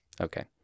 Okay